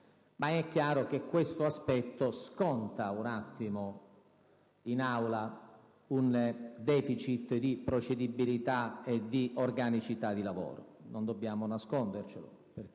Ma è chiaro che questo aspetto sconta in Aula un deficit di procedibilità e di organicità di lavoro (non dobbiamo nascondercelo), perché